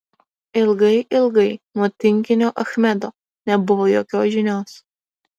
ilgai ilgai nuo tinginio achmedo nebuvo jokios žinios